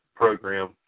Program